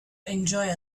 enjoy